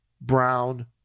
brown